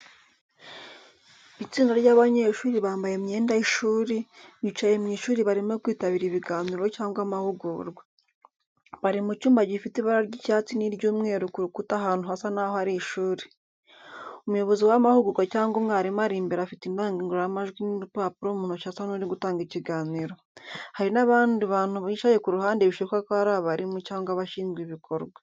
Itsinda ry'abanyeshuri bambaye imyenda y'ishuri, bicaye mu ishuri barimo kwitabira ibiganiro cyangwa amahugurwa. Bari mu cyumba gifite ibara ry’icyatsi n’iry’umweru ku rukuta ahantu hasa naho ari ishuri. Umuyobozi w'amahugurwa cyangwa umwarimu ari imbere afite indangururamajwi n’urupapuro mu ntoki asa n’uri gutanga ikiganiro. Hari n’abandi bantu bicaye ku ruhande bishoboka ko ari abarimu cyangwa abashinzwe ibikorwa.